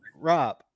Rob